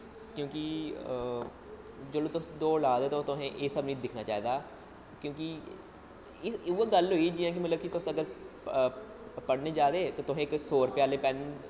क्योंकि जिसलै तुस दौड़ ला दे ओ तुसें एह् सब निं दिक्खना चाहिदा क्योंकि उ'ऐ गल्ल होई जे तुसें मतलब पढ़नें गी जा ते तुसें सौ रपेऽ आह्ले पैन